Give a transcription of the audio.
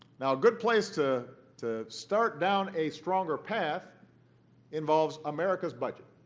now, a good place to to start down a stronger path involves america's budget,